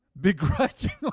Begrudgingly